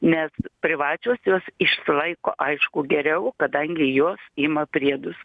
nes privačios jos išsilaiko aišku geriau kadangi jos ima priedus